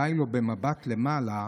די לו במבט מלמעלה